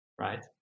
right